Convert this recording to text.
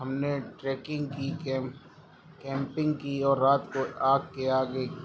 ہم نے ٹریکنگ کی کیمپ کیمپنگ کی اور رات کو آگ کے آگے